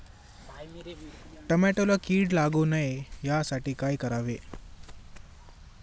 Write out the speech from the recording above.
टोमॅटोला कीड लागू नये यासाठी काय करावे?